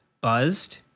buzzed